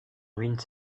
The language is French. ruine